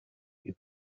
you